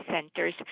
centers